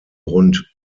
rund